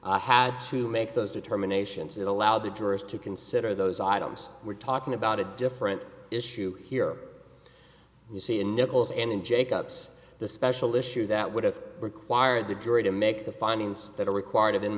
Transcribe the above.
i had to make those determinations that allow the drift to consider those items we're talking about a different issue here you see in nichols and in jake ups the special issue that would have required the jury to make the findings that are required